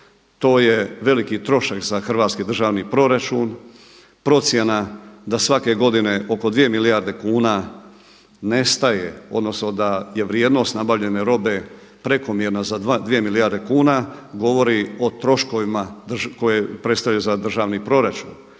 to je veliki trošak za hrvatski državni proračun, procjena da svake godine oko 2 milijarde kuna nestaje, odnosno da je vrijednost nabavljene robe prekomjerna za 2 milijarde kuna govori o troškovima koje prestaju za državni proračun.